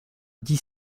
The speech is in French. dix